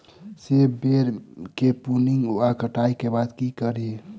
सेब बेर केँ प्रूनिंग वा कटाई केँ बाद की करि?